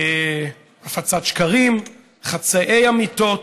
הפצת שקרים, חצאי אמיתות.